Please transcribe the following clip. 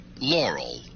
Laurel